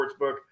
Sportsbook